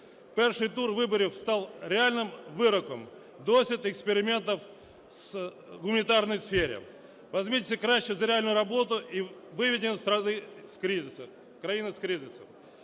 Перший тур виборів став реальним вироком. Досить експериментів у гуманітарній сфері, візьміться краще за реальну роботу і виведення страни з кризису…